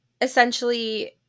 essentially